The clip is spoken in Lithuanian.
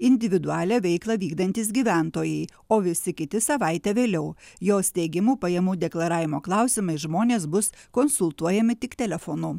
individualią veiklą vykdantys gyventojai o visi kiti savaite vėliau jos teigimu pajamų deklaravimo klausimais žmonės bus konsultuojami tik telefonu